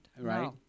Right